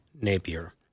Napier